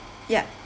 yup